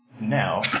now